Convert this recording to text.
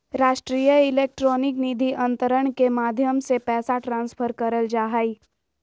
राष्ट्रीय इलेक्ट्रॉनिक निधि अन्तरण के माध्यम से पैसा ट्रांसफर करल जा हय